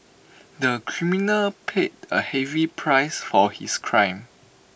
the criminal paid A heavy price for his crime